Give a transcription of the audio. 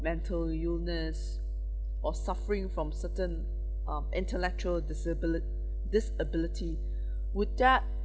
mental illness or suffering from certain um intellectual disabili~ disability would that